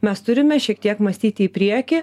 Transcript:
mes turime šiek tiek mąstyti į priekį